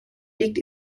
liegt